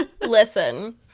listen